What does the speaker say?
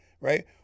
right